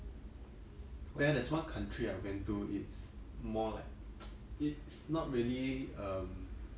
oh ya there's one country I went to it's more like it's not really um